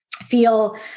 feel